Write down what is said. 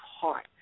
heart